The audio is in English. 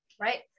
right